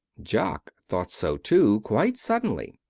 jock thought so too, quite suddenly.